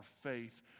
faith